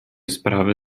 sprawy